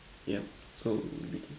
yeah so we begin